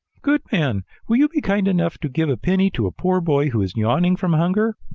good man, will you be kind enough to give a penny to a poor boy who is yawning from hunger?